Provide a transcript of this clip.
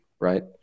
Right